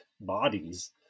bodies